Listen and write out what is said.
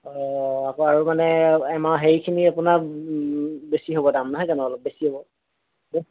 অঁ আকৌ আৰু মানে সেইখিনি আপোনাৰ বেছি হ'ব দাম নহয় জানো অলপ বেছি হ'ব